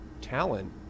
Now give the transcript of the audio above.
talent